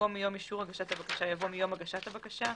במקום "מיום אישור הגשת הבקשה" יבוא "מיום הגשת הבקשה".